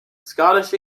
scottish